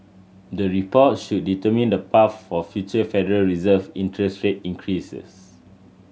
the reports should determine the path for future Federal Reserve interest rate increases